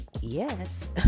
yes